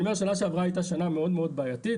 שנה שעברה הייתה מאוד בעייתית,